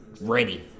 ready